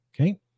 okay